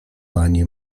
pani